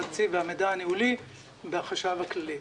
התקציב והמידע הניהולי בחשב הכללי,